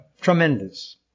tremendous